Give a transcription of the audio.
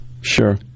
Sure